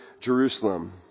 Jerusalem